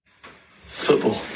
Football